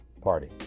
party